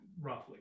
Roughly